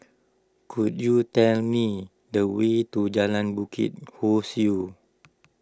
could you tell me the way to Jalan Bukit Ho Swee